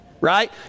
Right